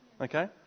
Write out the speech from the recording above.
okay